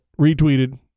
retweeted